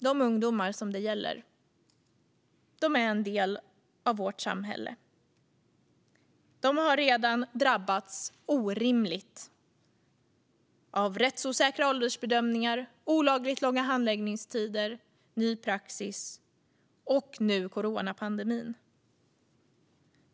De ungdomar som det gäller är en del av vårt samhälle. De har redan drabbats orimligt hårt av rättsosäkra åldersbedömningar, olagligt långa handläggningstider, ny praxis och nu coronapandemin.